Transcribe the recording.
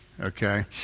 Okay